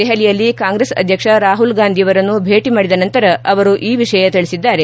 ದೆಹಲಿಯಲ್ಲಿ ಕಾಂಗ್ರೆಸ್ ಅಧ್ಯಕ್ಷ ರಾಹುಲ್ ಗಾಂಧಿಯವರನ್ನು ಭೇಟಿ ಮಾಡಿದ ನಂತರ ಅವರು ಈ ವಿಷಯ ತಿಳಿಸಿದ್ದಾರೆ